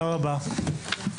תודה רבה לכולם, הישיבה נעולה.